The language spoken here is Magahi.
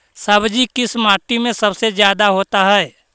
सब्जी किस माटी में सबसे ज्यादा होता है?